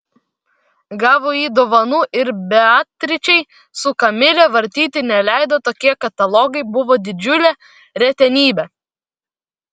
gavo jį dovanų ir beatričei su kamile vartyti neleido tokie katalogai buvo didžiulė retenybė